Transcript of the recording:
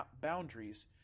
boundaries